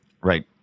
Right